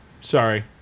Sorry